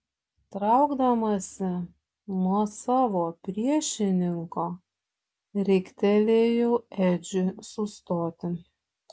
traukdamasi nuo savo priešininko riktelėjau edžiui sustoti